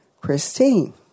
Christine